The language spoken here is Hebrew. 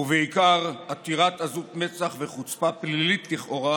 ובעיקר עתירת עזות מצח וחוצפה פלילית לכאורה